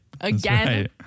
Again